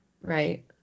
Right